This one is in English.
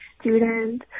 student